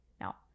Now